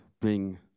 bring